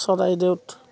চৰাইদেউত